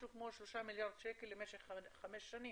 משהו כמו שלושה מיליארד שקל למשך חמש שנים.